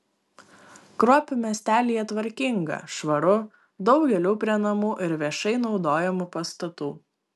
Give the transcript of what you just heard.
kruopių miestelyje tvarkinga švaru daug gėlių prie namų ir viešai naudojamų pastatų